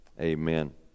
Amen